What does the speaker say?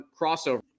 crossover